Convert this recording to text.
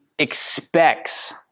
expects